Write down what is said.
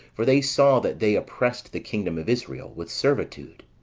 for they saw that they oppressed the kingdom of israel with servitude.